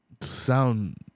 Sound